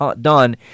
done